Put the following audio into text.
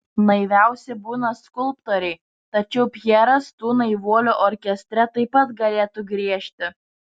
naiviausi būna skulptoriai tačiau pjeras tų naivuolių orkestre taip pat galėtų griežti